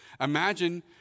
Imagine